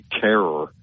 terror